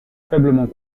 faiblement